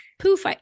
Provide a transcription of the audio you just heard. Poof